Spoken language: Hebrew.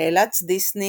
נאלץ דיסני